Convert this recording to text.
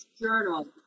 journal